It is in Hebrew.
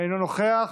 אינו נוכח,